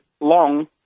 long